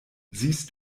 siehst